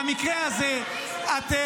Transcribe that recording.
במקרה הזה אתם,